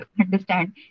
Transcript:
understand